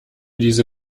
diese